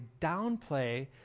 downplay